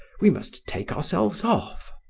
we must take ourselves off.